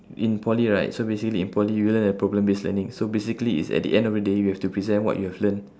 in poly right so basically in poly you would have problem based learning so basically is at the end of the day you have to present what you have learnt